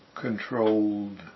controlled